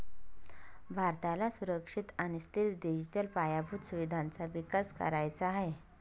भारताला सुरक्षित आणि स्थिर डिजिटल पायाभूत सुविधांचा विकास करायचा आहे